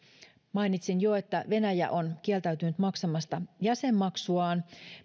mainitsin jo että venäjä on kieltäytynyt maksamasta jäsenmaksuaan